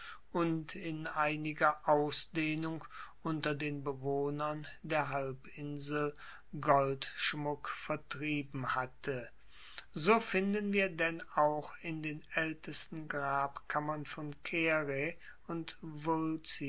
und in einiger ausdehnung unter den bewohnern der halbinsel goldschmuck vertrieben hatte so finden wir denn auch in den aeltesten grabkammern von caere und